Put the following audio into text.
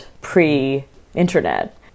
pre-internet